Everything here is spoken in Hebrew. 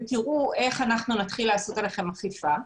תראו איך אנחנו נתחיל לעשות עליכם אכיפה.